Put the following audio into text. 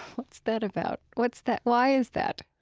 what's that about? what's that? why is that?